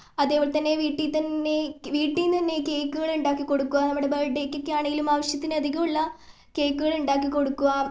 അതേപോലെതന്നെ വീട്ടിൽതന്നെ വീട്ടിൽ നിന്ന് തന്നെ കേയ്ക്കുകളുണ്ടാക്കി കൊടുക്കുക അതേപോലെതന്നെ നമ്മുടെ ബേത്ത്ഡേക്കൊക്കെയാണെങ്കിലും ആവശ്യത്തിലധികമുള്ള കേയ്ക്കുകളുണ്ടാക്കി കൊടുക്കുക